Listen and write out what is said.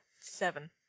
Seven